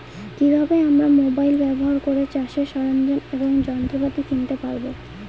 কি ভাবে আমরা মোবাইল ব্যাবহার করে চাষের সরঞ্জাম এবং যন্ত্রপাতি কিনতে পারবো?